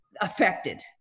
affected